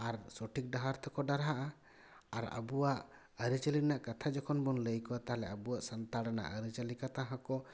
ᱟᱨ ᱥᱚᱴᱷᱤᱠ ᱰᱟᱦᱟᱨ ᱛᱮᱠᱚ ᱰᱟᱨᱦᱟᱜᱼᱟ ᱟᱨ ᱟᱵᱚᱣᱟᱜ ᱟᱹᱨᱤᱪᱟᱹᱞᱤ ᱨᱮᱱᱟᱜ ᱠᱟᱛᱷᱟ ᱡᱚᱠᱷᱚᱱ ᱵᱚᱱ ᱞᱟᱹᱭ ᱟᱠᱚᱣᱟ ᱛᱟᱦᱚᱞᱮ ᱟᱵᱚᱣᱟᱜ ᱥᱟᱱᱛᱟᱲ ᱨᱮᱱᱟᱜ ᱟᱹᱨᱤᱪᱟᱹᱞᱤ ᱠᱟᱛᱷᱟ ᱦᱚᱠᱚ